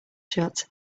shut